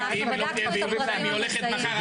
בדקנו את הפרטים המזהים -- גברתי,